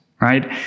right